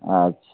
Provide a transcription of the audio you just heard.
अच्छा